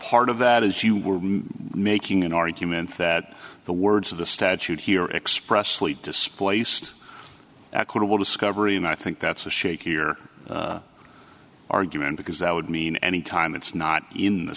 part of that is you were making an argument that the words of the statute here expressly displaced equitable discovery and i think that's a shake here argument because that would mean any time it's not in the